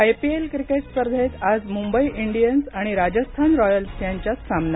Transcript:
IPL cricket स्पर्धेत आज Mumbai Indians आणि राजस्थान रॉयल्स यांच्यात सामना